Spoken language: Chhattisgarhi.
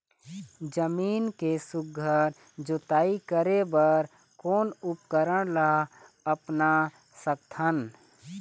जमीन के सुघ्घर जोताई करे बर कोन उपकरण ला अपना सकथन?